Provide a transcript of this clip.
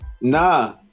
Nah